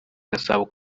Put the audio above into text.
gasabo